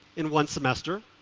in one semester.